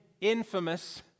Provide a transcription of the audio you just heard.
infamous